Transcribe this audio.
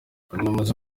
nimutuze